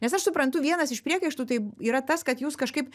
nes aš suprantu vienas iš priekaištų tai yra tas kad jūs kažkaip